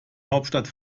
hauptstadt